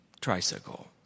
tricycle